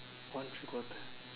one three quarter